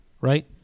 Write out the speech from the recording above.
right